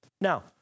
now